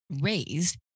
raised